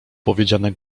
powiedziane